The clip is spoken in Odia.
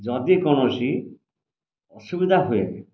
ଯଦି କୌଣସି ଅସୁବିଧା ହୁଏ